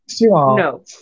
No